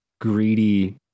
greedy